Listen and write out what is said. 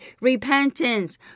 repentance